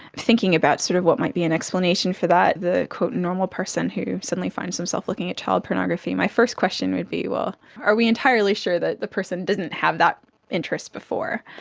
thinking about sort of what might be an explanation for that, the normal person who suddenly finds himself looking at child pornography, my first question would be, well, are we entirely sure that the person didn't have that interest before?